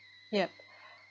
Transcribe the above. yet